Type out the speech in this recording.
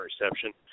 reception